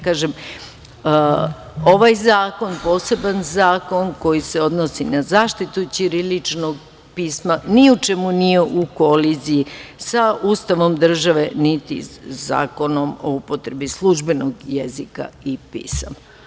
Kažem, ovaj zakon, poseban zakon koji se odnosi na zaštitu ćiriličnog pisma ni u čemu nije u koliziji sa Ustavom države, niti sa Zakonom o upotrebi službenog jezika i pisma.